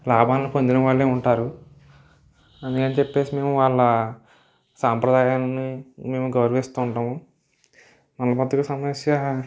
లాభాలను పొందినవాళ్ళే ఉంటారు అందుకని చెప్పి మేము వాళ్ళ సాంప్రదాయాన్ని మేము గౌరవిస్తు ఉంటాం మల బద్దక సమస్య